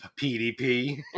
PDP